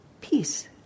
peace